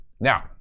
Now